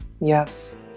Yes